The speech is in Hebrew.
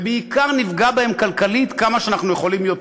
ובעיקר, נפגע בהם כלכלית כמה שאנחנו יכולים יותר.